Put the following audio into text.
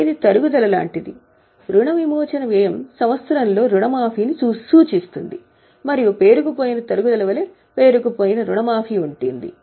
ఇది తరుగుదల లాంటిది రుణ విమోచన వ్యయం సంవత్సరంలో రుణమాఫీని సూచిస్తుంది మరియు పేరుకుపోయిన తరుగుదల వలె పేరుకుపోయిన రుణమాఫీ ఉంది